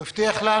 הוא הבטיח לנו.